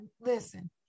listen